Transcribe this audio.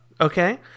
okay